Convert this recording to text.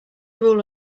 rule